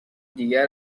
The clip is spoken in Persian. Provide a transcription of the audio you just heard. دیگر